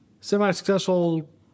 semi-successful